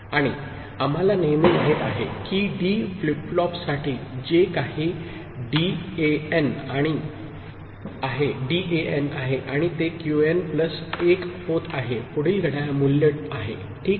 आणि आम्हाला नेहमी माहित आहे की डी फ्लिपफ्लॉपसाठी जे काही डीएन आहे आणि ते क्यूएन प्लस 1 होत आहे पुढील घड्याळ मूल्य आहे ठीक